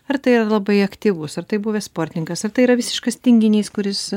ar tai yra labai aktyvus ar tai buvęs sportininkas ar tai yra visiškas tinginys kuris